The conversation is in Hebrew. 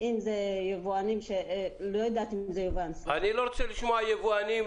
אם זה יבואנים שלא יודעת איזה --- אני לא רוצה לשמוע יבואנים.